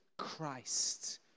Christ